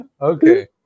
Okay